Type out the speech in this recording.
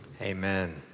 Amen